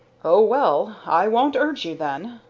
oh, well! i won't urge you, then.